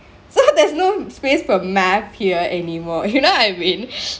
so there's no space for math here anymore you know what I mean